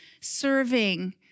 serving